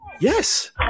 Yes